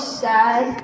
sad